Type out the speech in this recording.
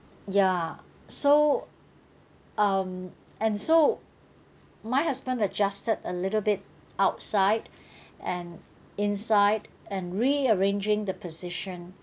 ya so um and so my husband adjusted a little bit outside and inside and re arranging the position